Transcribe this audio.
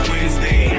Wednesday